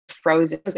Frozen